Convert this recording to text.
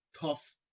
tough